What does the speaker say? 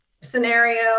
scenario